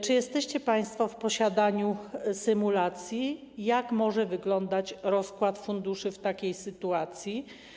Czy jesteście państwo w posiadaniu symulacji, jak może wyglądać rozkład funduszy w takiej sytuacji?